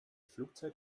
flugzeit